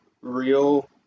real